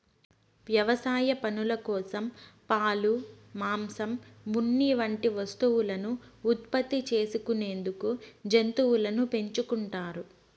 వ్యవసాయ పనుల కోసం, పాలు, మాంసం, ఉన్ని వంటి వస్తువులను ఉత్పత్తి చేసుకునేందుకు జంతువులను పెంచుకుంటారు